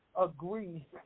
agree